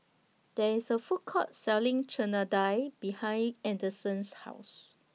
There IS A Food Court Selling Chana Dal behind Anderson's House